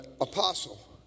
apostle